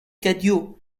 cadio